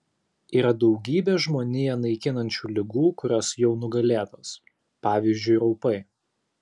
yra daugybė žmoniją naikinančių ligų kurios jau nugalėtos pavyzdžiui raupai